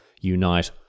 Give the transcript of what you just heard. unite